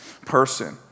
person